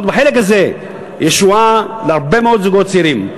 בחלק הזה ישועה להרבה מאוד זוגות צעירים.